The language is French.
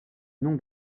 nom